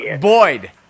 Boyd